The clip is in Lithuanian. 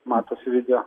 matosi video